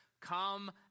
come